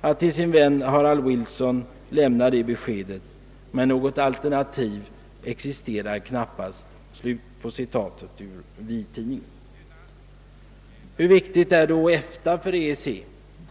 att till sin vän Harold Wilson lämna det beskedet, men något alternativ existerar knappast.» Hur viktigt är då EFTA för EEC?